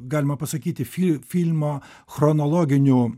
galima pasakyti fil filmo chronologinių